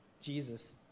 Jesus